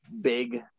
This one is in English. big